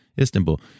Istanbul